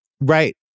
Right